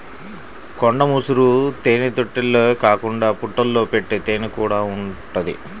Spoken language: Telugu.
కొండ ముసురు తేనెతుట్టెలే కాకుండా పుట్టల్లో పెట్టే తేనెకూడా ఉంటది